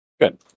Good